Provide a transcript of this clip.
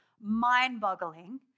mind-boggling